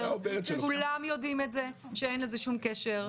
כולם יודעים שאין לזה שום קשר.